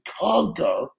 conquer